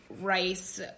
rice